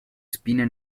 spine